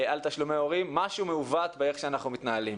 על תשלומי הורים, משהו מעוות באיך שאנחנו מתנהלים.